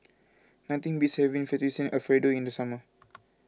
nothing beats having Fettuccine Alfredo in the summer